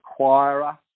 acquirer